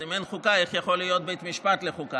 אז אם אין חוקה, איך יכול להיות בית משפט לחוקה?